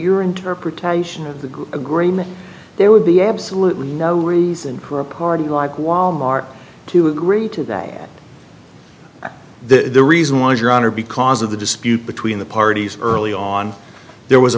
your interpretation of the group agreement there would be absolutely no reason for a party like wal mart to agree to that the reason why is your honor because of the dispute between the parties early on there was a